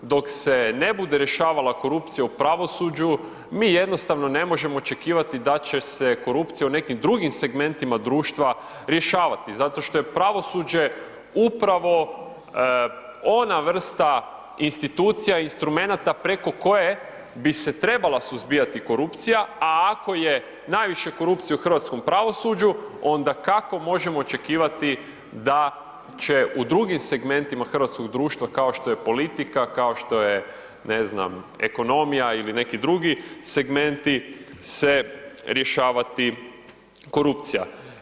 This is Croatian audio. Dok se ne bude rješavala korupcija u pravosuđu, mi jednostavno ne možemo očekivati da će se korupcija u nekim drugim segmentima društva rješavati, zato što je pravosuđe upravo ona vrsta institucija, instrumenata preko koje bi se trebala suzbijati korupcija, a ako je najviše korupcije u hrvatskom pravosuđu, onda kako možemo očekivati da će u drugim segmentima hrvatskog društva kao što je politika, kao što je, ne znam, ekonomija ili neki drugi segmenti se rješavati korupcija.